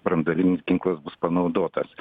branduolinis ginklas bus panaudotas